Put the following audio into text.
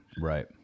Right